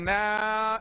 now